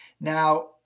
Now